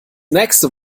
nächste